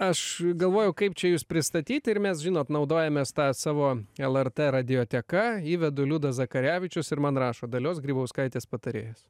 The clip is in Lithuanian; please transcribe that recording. aš galvojau kaip čia jus pristatyt ir mes žinot naudojamės ta savo lrt radioteka įvedu liudas zakarevičius ir man rašo dalios grybauskaitės patarėjas